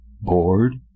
bored